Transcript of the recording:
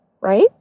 right